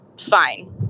fine